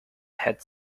had